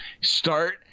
start